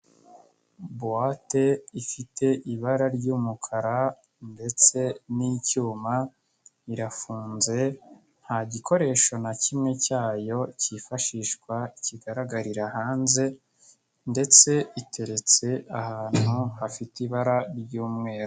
Buwate ifite ibara ry'umukara ndetse n'icyuma irafunze, nta gikoresho na kimwe cyayo cyifashishwa kigaragarira hanze ndetse iteretse ahantu hafite ibara ry'umweru.